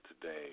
today